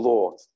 Lord